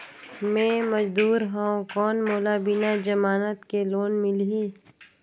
मे मजदूर हवं कौन मोला बिना जमानत के लोन मिलही?